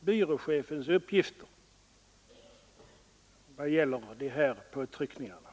byråchefens uppgifter i vad gäller påtryckningarna.